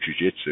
jujitsu